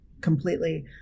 completely